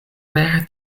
vere